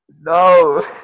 No